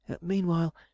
meanwhile